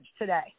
today